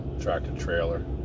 tractor-trailer